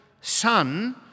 son